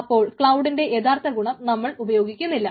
അപ്പോൾ ക്ലൌഡിൻറെ യഥാർത്ഥ ഗുണം നമ്മൾ ഉപയോഗിക്കുന്നില്ല